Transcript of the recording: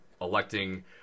electing